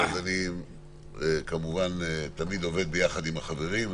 אני תמיד עובד ביחד עם החברים.